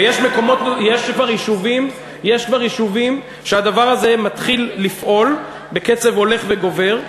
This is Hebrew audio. ויש כבר יישובים שהדבר הזה מתחיל לפעול לגביהם בקצב הולך וגובר.